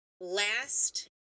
Last